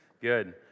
Good